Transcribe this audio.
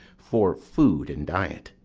for food and diet,